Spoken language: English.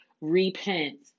Repent